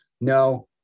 No